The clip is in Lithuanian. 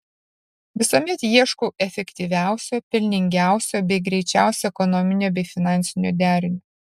visuomet ieškau efektyviausio pelningiausio bei greičiausio ekonominio bei finansinio derinio